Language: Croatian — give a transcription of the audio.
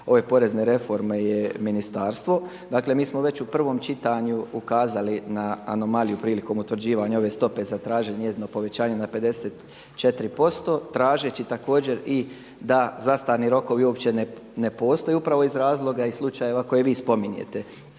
ove porezne reforme je ministarstvo. Dakle mi smo već u prvom čitanju ukazali na anomaliju prilikom utvrđivanja ove stope, zatražili njezino povećanje na 54% tražeći također i da zastarni rokovi uopće ne postoje upravo iz razloga i slučajeva koje vi spominjete.